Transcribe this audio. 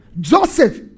Joseph